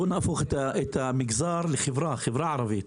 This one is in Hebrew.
בוא נהפוך את זה לחברה ערבית.